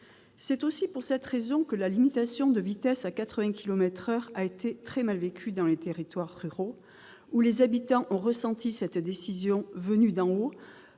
C'est aussi pour cette raison que la limitation de vitesse à 80 kilomètres par heure a été très mal vécue dans les territoires ruraux, où les habitants ont ressenti cette décision, venue d'en haut,